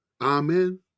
Amen